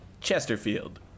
Chesterfield